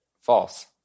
false